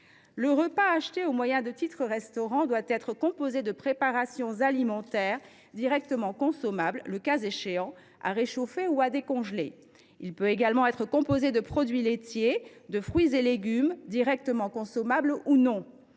Le repas acheté au moyen de titres restaurant doit être composé de préparations alimentaires directement consommables, à réchauffer ou à décongeler, le cas échéant ; il peut également être composé de produits laitiers ou de fruits et légumes, directement consommables ou non.